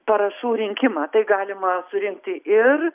parašų rinkimą tai galima surinkti ir